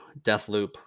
Deathloop